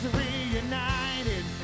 reunited